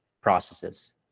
processes